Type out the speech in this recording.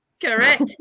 Correct